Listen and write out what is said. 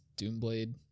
Doomblade